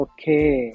Okay